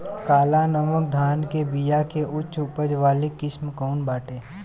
काला नमक धान के बिया के उच्च उपज वाली किस्म कौनो बाटे?